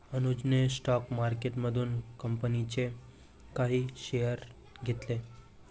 अनुजने स्टॉक मार्केटमधून कंपनीचे काही शेअर्स घेतले